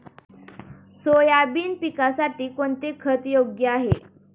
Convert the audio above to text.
Soybean पिकासाठी कोणते खत योग्य आहे?